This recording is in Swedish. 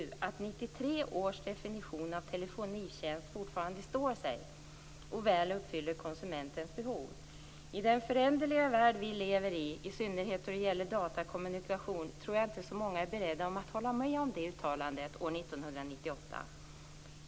Där står det att 93 års definition av telefonitjänst fortfarande står sig och väl uppfyller konsumentens behov. I den föränderliga värld vi lever i, i synnerhet då det gäller datakommunikation, tror jag inte att så många är beredda att hålla med om det uttalandet år 1998.